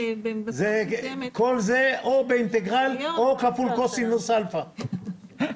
כל זה או באינטגרל או כפול קוסינוס אלפא...